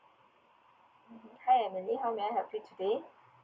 mmhmm hi emily how may I help you today